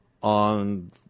on